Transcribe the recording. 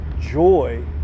joy